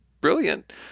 brilliant